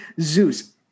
Zeus